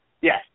Yes